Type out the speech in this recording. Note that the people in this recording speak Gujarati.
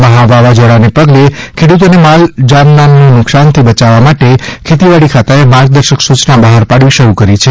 મહા વાવાઝોડાને પગલે ખેડૂતોને જાનમાલના નુકશાનથી બચાવવા માટે ખેતીવાડી ખાતાએ માર્ગદર્શક સૂયના બહાર પાડવી શરૂ કરી છે